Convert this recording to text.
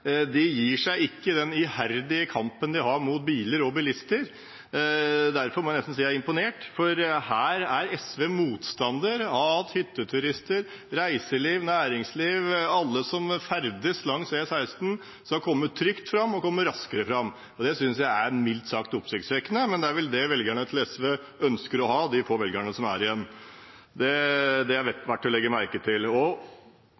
av at hytteturister, reiseliv, næringsliv, alle som ferdes langs E16, skal komme trygt fram og komme raskere fram. Det synes jeg er mildt sagt oppsiktsvekkende, men det er vel det velgerne til SV ønsker å ha, de få velgerne som er igjen. Det er verdt å legge merke til. Og